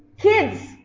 kids